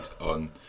on